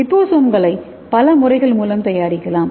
லிபோசோம்களை பல முறைகள் மூலம் தயாரிக்கலாம்